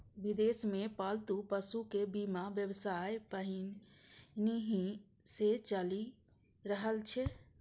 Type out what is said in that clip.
विदेश मे पालतू पशुक बीमा व्यवसाय पहिनहि सं चलि रहल छै